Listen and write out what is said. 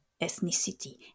ethnicity